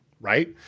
right